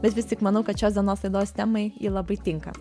bet vis tik manau kad šios dienos laidos temai ji labai tinka